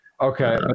Okay